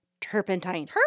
Turpentine